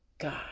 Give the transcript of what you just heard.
God